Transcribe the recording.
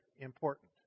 important